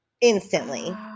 instantly